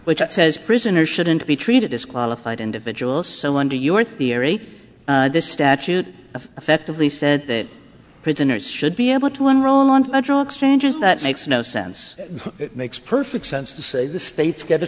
which says prisoners shouldn't be treated as qualified individuals so under your theory this statute effectively said that prisoners should be able to enroll on federal exchanges that makes no sense it makes perfect sense to say the states get a